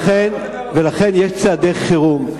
לכן יש צעדי חירום.